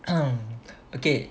um okay